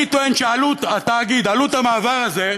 אני טוען שעלות התאגיד, עלות המעבר הזה,